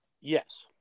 Yes